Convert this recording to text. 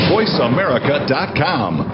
VoiceAmerica.com